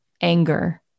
anger